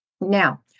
Now